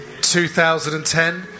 2010